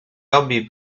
hobby